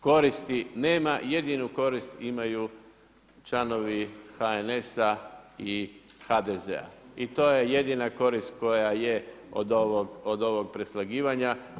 Koristi nema, jedinu korist imaju članovi HNS-a i HDZ-a i to je jedina korist koja je od ovog preslagivanja.